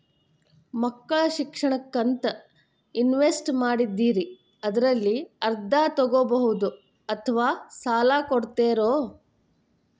ಮಕ್ಕಳ ಶಿಕ್ಷಣಕ್ಕಂತ ಇನ್ವೆಸ್ಟ್ ಮಾಡಿದ್ದಿರಿ ಅದರಲ್ಲಿ ಅರ್ಧ ತೊಗೋಬಹುದೊ ಅಥವಾ ಸಾಲ ಕೊಡ್ತೇರೊ?